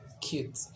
cute